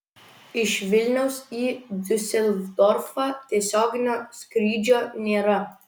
iš vilniaus į diuseldorfą tiesioginio skrydžio nėra